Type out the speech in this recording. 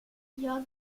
jag